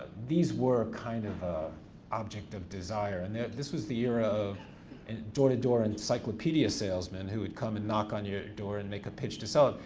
these were kind of a object of desire and this was the year of and door to door encyclopedia salesmen who would come and knock on your door and make a pitch to sell it.